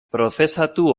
prozesatu